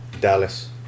Dallas